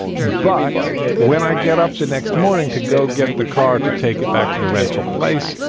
but when i get up the next morning to go get the car, to take it back to the rental place,